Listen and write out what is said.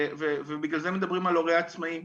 ובגלל זה מדברים על הורה עצמאי.